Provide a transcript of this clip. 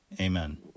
Amen